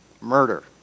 murder